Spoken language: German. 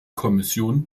kommission